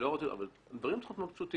אבל הדברים צריכים להיות פשוטים.